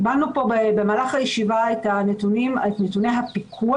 קיבלנו פה במהלך הישיבה את נתוני הפיקוח,